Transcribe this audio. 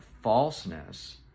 falseness